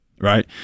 right